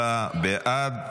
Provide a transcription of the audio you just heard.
34 בעד,